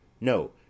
No